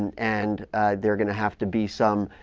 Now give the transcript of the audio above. and and there going to have to be some